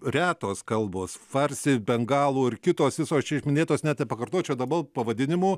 retos kalbos farsi bengalų ir kitos visos čia išminėtos net nepakartočiau dabal pavadinimų